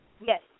Yes